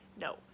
No